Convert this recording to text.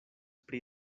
pri